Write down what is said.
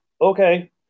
okay